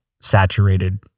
saturated